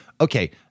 Okay